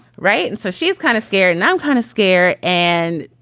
right. and so she's kind of scared and i'm kind of scared and.